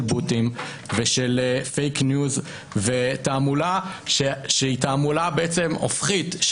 של בוטים ושל פייק ניוז ותעמולה שהיא תעמולה הופכית,